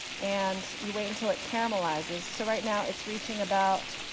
and you wait until it caramelizes. so right now it's reaching about